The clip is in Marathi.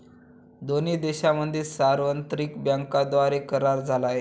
दोन्ही देशांमध्ये सार्वत्रिक बँकांद्वारे करार झाला आहे